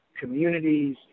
communities